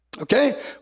okay